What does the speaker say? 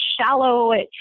shallow